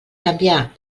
canviar